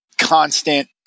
constant